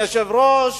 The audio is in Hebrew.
אדוני היושב-ראש,